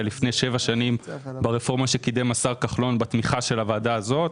לפני שבע שנים ברפורמה שקידם השר כחלון בתמיכה של הוועדה הזאת.